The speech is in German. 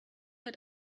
halt